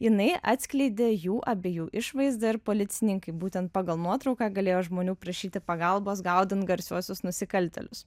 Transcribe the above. jinai atskleidė jų abiejų išvaizdą ir policininkai būtent pagal nuotrauką galėjo žmonių prašyti pagalbos gaudant garsiuosius nusikaltėlius